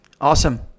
Awesome